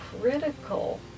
critical